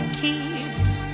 keeps